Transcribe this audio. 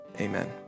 Amen